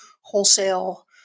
wholesale